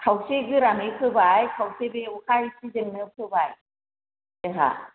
खावसे गोरानै फोबाय खावसे बे अखा एसे जोंनो फोबाय जोंहा